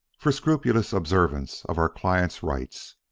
for scrupulous observance of our clients' rights.